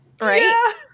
Right